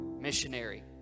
missionary